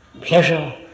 pleasure